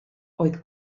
oedd